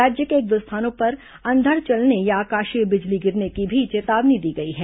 राज्य के एक दो स्थानों पर अंधड़ चलने या आकाशीय बिजली गिरने की भी चेतावनी दी गई है